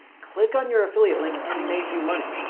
click on your affiliate link and make you money.